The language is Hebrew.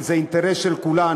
כי זה אינטרס של כולנו,